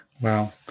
Wow